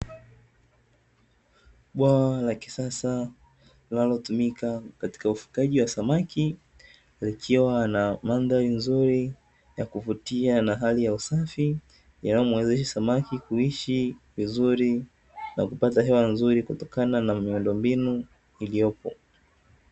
Bwawa la kisasa linalotumika katika ufugaji wa samaki likiwa na mandhari nzuri ya kuvutia na hali ya usafi yanayomuwezesha samaki kuishi vizuri na kupata hewa nzuri kutokana na miundombinu iliopo.